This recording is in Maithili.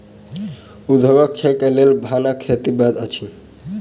उद्योगक क्षेत्र के लेल भांगक खेती वैध अछि